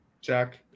Jack